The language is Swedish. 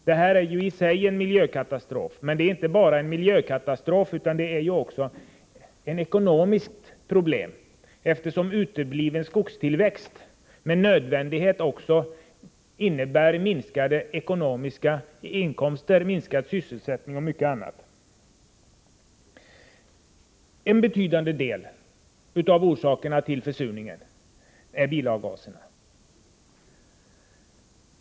Detta är i och för sig en miljökatastrof men utgör också ett ekonomiskt problem, eftersom utebliven skogstillväxt med nödvändighet även innebär sämre inkomster, minskad sysselsättning och mycket annat. En betydande del av försurningen beror på bilavgaserna.